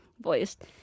voiced